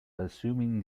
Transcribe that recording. assuming